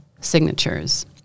signatures